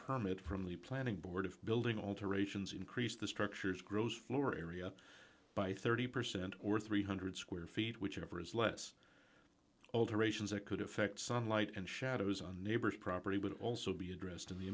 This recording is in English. permit from the planning board of building alterations increase the structures grows floor area by thirty percent or three hundred square feet whichever is less alterations that could affect sunlight and shadows on neighbor's property would also be addressed in the